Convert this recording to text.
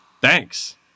Thanks